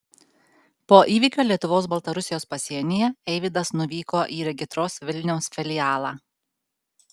po įvykio lietuvos baltarusijos pasienyje eivydas nuvyko į regitros vilniaus filialą